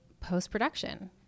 post-production